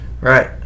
Right